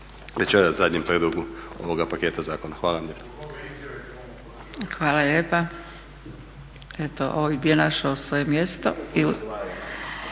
večeras zadnjem prijedlogu ovoga paketa zakona. Hvala vam